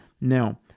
Now